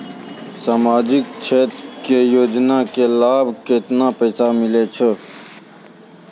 समाजिक क्षेत्र के योजना के लाभ मे केतना पैसा मिलै छै?